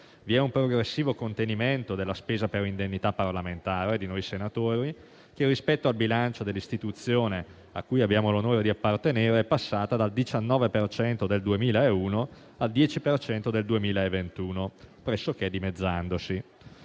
Vi è un progressivo contenimento della spesa per l'indennità parlamentare di noi senatori che, rispetto al bilancio dell'istituzione a cui abbiamo l'onore di appartenere, è passata dal 19 per cento del 2001 al 10 per cento del 2021, pressoché dimezzandosi.